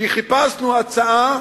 כי חיפשנו הצעה